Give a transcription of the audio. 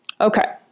Okay